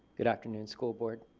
good afternoon school board.